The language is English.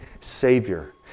Savior